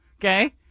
Okay